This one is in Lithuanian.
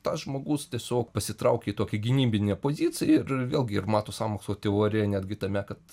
tas žmogus tiesiog pasitraukia į tokią gynybinę poziciją ir vėlgi ir mato sąmokslo teoriją netgi tame kad